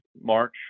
March